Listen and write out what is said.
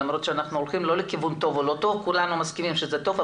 למרות שאנחנו כולנו מסכימים שזה טוב,